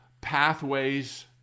pathways